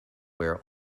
where